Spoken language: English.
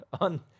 on